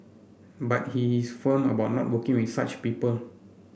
but he is firm about not working with such people